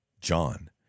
John